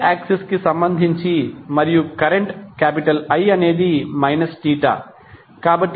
real axis కి సంబంధించి మరియు కరెంట్ I అనేది θ